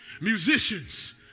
Musicians